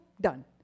done